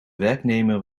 werknemer